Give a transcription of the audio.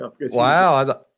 Wow